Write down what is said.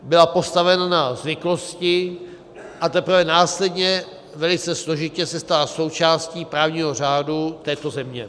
Byla postavena na zvyklosti, a teprve následně velice složitě se stala součástí právního řádu této země.